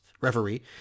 referee